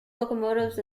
locomotives